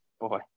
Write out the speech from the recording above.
boy